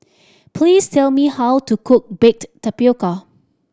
please tell me how to cook baked tapioca